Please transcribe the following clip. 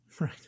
Right